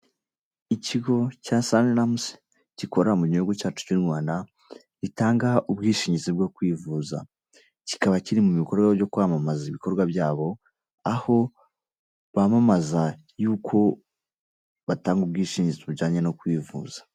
Ikigo cya Saniramuzi gikorera mu gihugu cyacu cy'u Rwanda, gitanga ubwishingizi bwo kwivuza. Kikaba kiri mu bikorwa byo kwamamaza ibikorwa byabo, aho bamamaza yuko batanga ubwishingizi bujyanye no kwivuza.